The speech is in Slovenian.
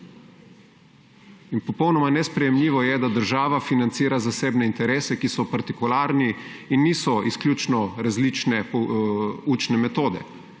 Popolnoma nesprejemljivo je, da država financira zasebne interese, ki so partikularni in niso izključno različne učne metode.